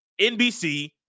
NBC